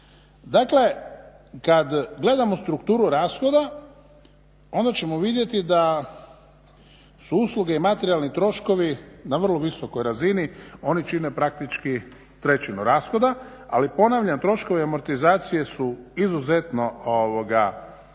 Dakle, kada gledamo strukturu rashoda onda ćemo vidjeti da su usluge i materijalni troškovi na vrlo visokoj razini, oni čine praktički trećinu rashoda, ali ponavljam, troškovi amortizacije su izuzetno visoki